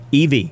EV